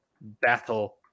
Battle